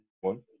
one